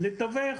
לתווך